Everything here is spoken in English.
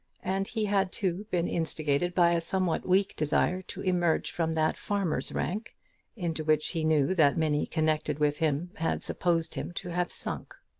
and he had, too, been instigated by a somewhat weak desire to emerge from that farmer's rank into which he knew that many connected with him had supposed him to have sunk.